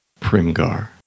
Primgar